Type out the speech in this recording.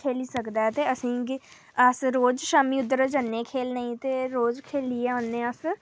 खेढी सकदा ऐ ते असें गी अस रोज शामी उद्धर जन्ने आं खेढने गी तां रोज खेढी औने आं अस